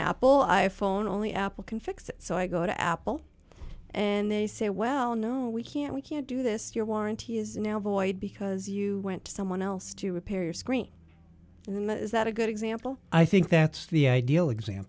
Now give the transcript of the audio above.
apple i phone only apple can fix it so i go to apple and they say well no we can't we can't do this your warranty is now void because you went to someone else to repair your screen is that a good example i think that's the ideal exam